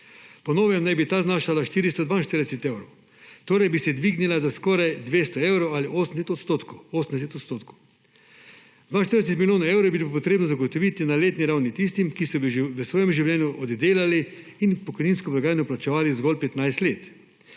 Po novem naj bi ta znašala 442 evrov, torej bi se dvignila za skoraj 200 evrov ali 80 %. 42 milijonov evrov bi bilo potrebno zagotoviti na letni ravni tistim, ki so v svojem življenju oddelali in v pokojninsko blagajno vplačevali zgolj 15 let.